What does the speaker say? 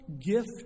gift